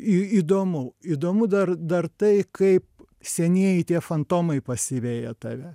įdomu įdomu dar dar tai kaip senieji tie fantomai pasiveja tave